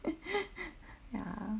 ya